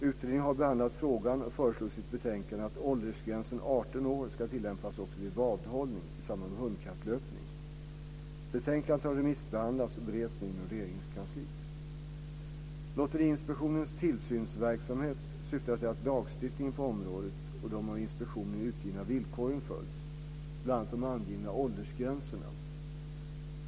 Utredningen har behandlat frågan och föreslår i sitt betänkande att åldersgränsen 18 år ska tillämpas också vid vadhållning i samband med hundkapplöpning. Betänkandet har remissbehandlats och bereds nu inom Regeringskansliet. Lotteriinspektionens tillsynsverksamhet syftar till att lagstiftningen på området och de av inspektionen utgivna villkoren följs, bl.a. de angivna åldersgränserna.